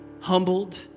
humbled